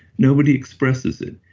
nobody expresses it.